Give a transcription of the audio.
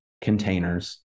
containers